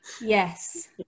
Yes